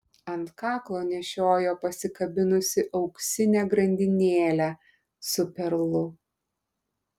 ant kaklo nešiojo pasikabinusi auksinę grandinėlę su perlu